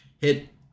hit